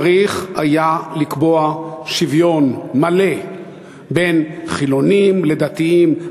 צריך היה לקבוע שוויון מלא בין חילונים לדתיים,